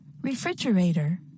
Refrigerator